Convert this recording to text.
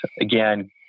again